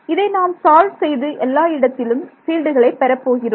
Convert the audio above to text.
இதை நாம் சால்வ் செய்து எல்லா இடத்திலும் பீல்டுகளை பெறப் போகிறோம்